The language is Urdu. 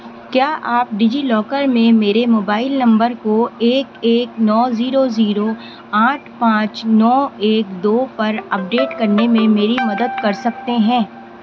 کیا آپ ڈیجی لاکر میں میرے موبائل نمبر کو ایک ایک نو زیرو زیرو آٹھ پانچ نو ایک دو پر اپ ڈیٹ کرنے میں میری مدد کر سکتے ہیں